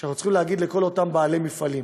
שאנחנו צריכים להגיד לכל אותם בעלי מפעלים: